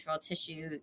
tissue